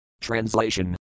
Translation